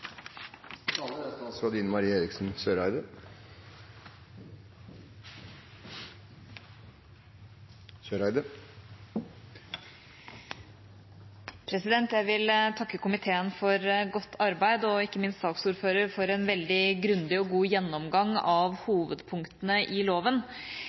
Jeg vil takke komiteen for godt arbeid og ikke minst saksordføreren for en veldig grundig og god gjennomgang av hovedpunktene i loven.